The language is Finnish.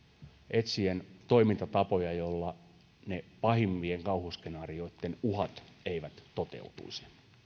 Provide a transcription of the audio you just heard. etsien toimintatapoja joilla ne pahimpien kauhuskenaarioitten uhat eivät toteutuisi